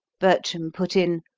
bertram put in,